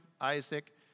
Isaac